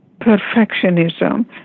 perfectionism